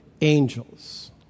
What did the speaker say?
angels